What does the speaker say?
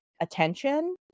attention